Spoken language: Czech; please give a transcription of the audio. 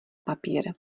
papír